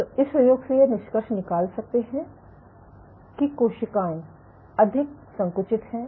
तो इस प्रयोग से निष्कर्ष निकाल सकते हैं कि कोशिकाएं अधिक संकुचित हैं